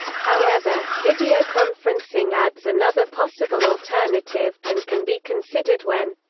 however, videoconferencing adds another possible alternative, and can be considered when